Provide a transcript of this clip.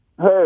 Hey